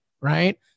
right